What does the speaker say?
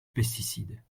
pesticides